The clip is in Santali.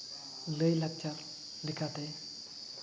ᱞᱟᱹᱭᱼᱞᱟᱠᱪᱟᱨ ᱞᱮᱠᱟᱛᱮ